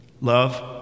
Love